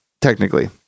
technically